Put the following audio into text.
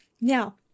Now